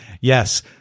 yes